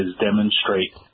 demonstrate